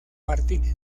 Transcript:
martínez